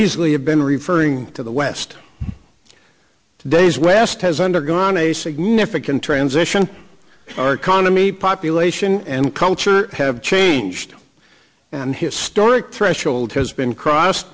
have been referring to the west days west has undergone a significant transition our economy population and culture have changed and historic threshold has been crossed